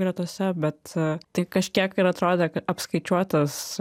gretose bet tai kažkiek ir atrodė apskaičiuotas